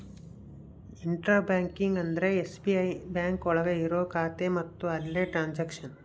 intra banking ಅಂದ್ರೆ SBI bank ಒಳಗ ಇರೋ ಖಾತೆ ಮತ್ತು ಅಲ್ಲೇ ಟ್ರನ್ಸ್ಯಾಕ್ಷನ್